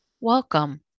Welcome